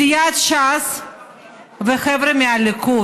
סיעת ש"ס וחבר'ה מהליכוד.